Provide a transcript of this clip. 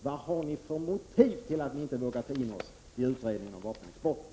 Vad har ni för motiv till att ni inte vågar ta in oss i utredningen om vapenexporten?